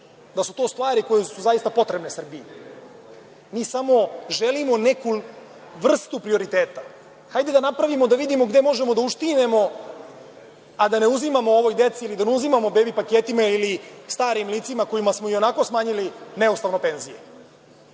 da su to stvari koje su zaista potrebne Srbiji. Mi samo želimo neku vrstu prioriteta. Hajde da vidimo gde možemo da uštinemo, a da ne uzimamo ovoj deci ili da ne uzimamo bebi paketima ili starim licima, kojima smo ionako smanjili neustavno penziju. Dakle,